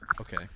Okay